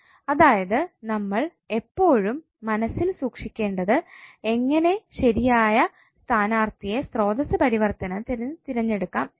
അതായത് നമ്മൾ എപ്പോഴും മനസ്സിൽ സൂക്ഷിക്കേണ്ടത് എങ്ങനെ ശരിയായ സ്ഥാനാർത്ഥിയെ സ്രോതസ്സ് പരിവർത്തനത്തിന് തിരഞ്ഞെടുക്കാം എന്നാണ്